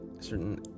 certain